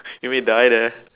you may die there